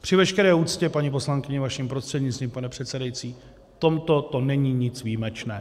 Při veškeré úctě, paní poslankyně, vaším prostřednictvím, pane předsedající, v tomto to není nic výjimečného.